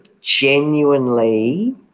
genuinely